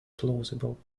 plausible